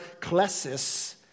klesis